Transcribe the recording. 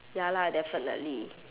ya lah definitely